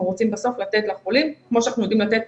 רוצים בסוף לתת לחולים כמו שאנחנו יודעים לתת